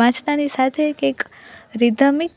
વાંચતાની સાથે કંઈક રિધમિક